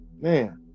Man